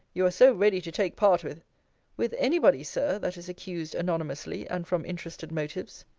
you are so ready to take part with with any body, sir, that is accused anonymously, and from interested motives.